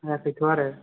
एह गैथ'वा आरो